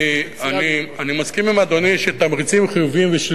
אני מסכים עם אדוני שתמריצים חיוביים ושליליים,